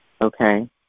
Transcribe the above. okay